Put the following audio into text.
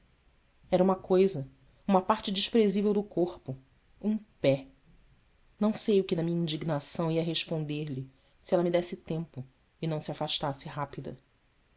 era uma coisa uma parte desprezível do corpo um pé não sei o que na minha indignação ia responder-lhe se ela me desse tempo e não se afastasse rápida